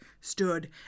stood